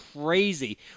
crazy